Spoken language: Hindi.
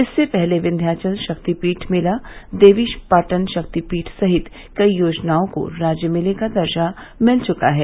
इससे पहले विंध्यांचल शक्ति पीठ मेला देवी पाटन शक्ति पीठ सहित कई आयोजनों को राज्य मेले का दर्जा मिल चुका है